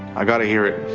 i gotta hear it.